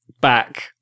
back